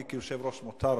אני, כיושב-ראש, מותר לי.